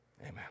Amen